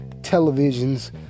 televisions